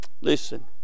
Listen